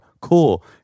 Cool